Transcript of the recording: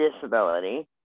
disability